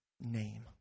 name